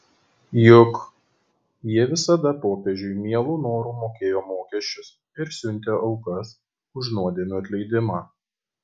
juk jie visada popiežiui mielu noru mokėjo mokesčius ir siuntė aukas už nuodėmių atleidimą